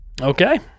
Okay